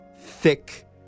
thick